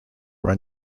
were